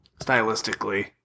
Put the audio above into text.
stylistically